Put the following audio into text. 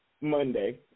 Monday